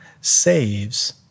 saves